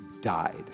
died